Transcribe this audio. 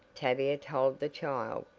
tavia told the child,